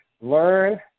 learn